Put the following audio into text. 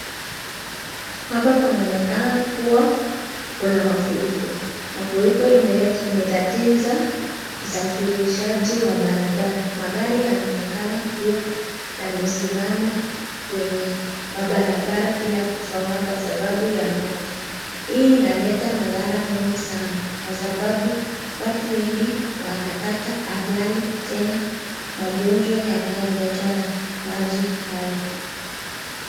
Hapa panaonekana kuwa kuna mafuriko. Mafuriko imetatiza usafirishaji wa barabara. Magari yanaonekana kuwa yamesimama kwa barabara bila kusonga kwa sababu ya maji. Hii inaleta madhara mengi sana kwa sababu watu wengi wanapata ajali tena magonjwa yanayoletwa na maji haya.